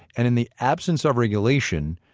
and in the absence of regulation,